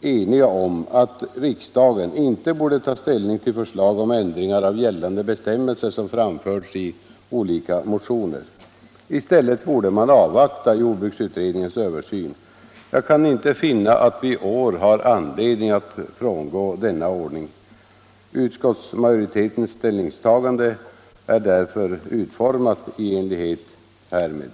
eniga om att riksdagen inte borde ta ställning till förslag om ändringar av gällande bestämmelser som framförts i olika motioner. I stället borde man avvakta jordbruksutredningens översyn. Jag kan inte finna att vi i år har anledning att frångå denna ordning. Utskottsmajoritetens ställningstagande är därför utformat i enighet härmed.